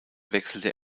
wechselte